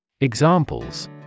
Examples